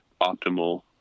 optimal